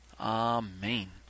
Amen